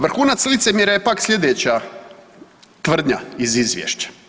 Vrhunac licemjera je pak sljedeća tvrdnja iz izvješća.